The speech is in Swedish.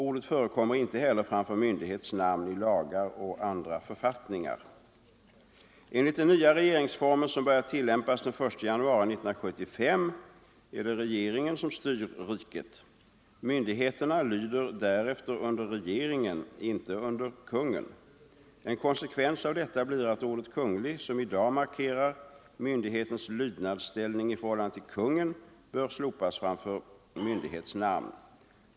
Ordet förekommer inte heller framför myndighets namn i lagar och andra författningar. Enligt den nya regeringsformen, som börjar tillämpas den 1 januari 1975, är det regeringen som styr riket. Myndigheterna lyder därefter under regeringen, inte under kungen. En konsekvens av detta blir att ordet ”Kunglig”, som i dag markerar myndighetens lydnadsställning i förhållande till kungen, bör slopas framför myndighets namn.